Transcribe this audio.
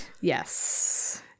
Yes